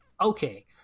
okay